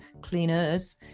cleaners